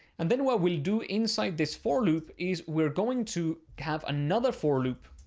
and then what we'll do inside this for loop is we're going to have another for loop,